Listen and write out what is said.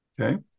Okay